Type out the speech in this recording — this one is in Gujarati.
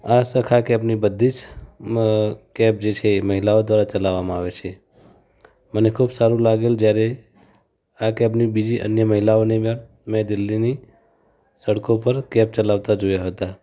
આ સખા કૅબની બધી જ મ કૅબ છે એ મહિલાઓ દ્વારા ચલાવવામાં આવે છે મને ખૂબ સારું લાગેલું જયારે આ કેબની બીજી અન્ય મહિલાઓને મેં દિલ્હીની સડકો પર કૅબ ચલાવતાં જોયાં હતાં